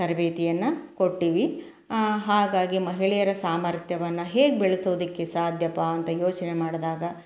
ತರಬೇತಿಯನ್ನು ಕೊಟ್ಟಿವಿ ಹಾಗಾಗಿ ಮಹಿಳೆಯರ ಸಾಮರ್ಥ್ಯವನ್ನು ಹೇಗೆ ಬೆಳೆಸೋದಕ್ಕೆ ಸಾಧ್ಯಪ್ಪಾ ಅಂತ ಯೋಚನೆ ಮಾಡಿದಾಗ